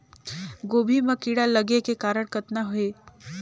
गोभी म कीड़ा लगे के कारण कतना हे?